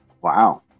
Wow